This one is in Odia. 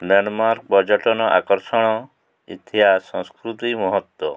ଲ୍ୟାଣ୍ଡମାର୍କ ପର୍ଯ୍ୟଟନ ଆକର୍ଷଣ ଇତିହାସ ସଂସ୍କୃତି ମହତ୍ତ୍ୱ